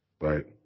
Right